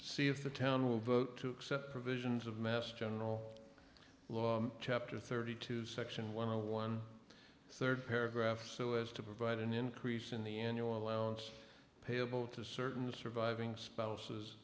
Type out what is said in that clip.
see if the town will vote to accept provisions of mass general law chapter thirty two section one hundred one third paragraph so as to provide an increase in the annual allowance payable to certain the surviving spouses